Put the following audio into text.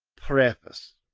preface.